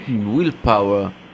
willpower